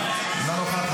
--- תתבייש.